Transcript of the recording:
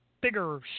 bigger